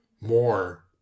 more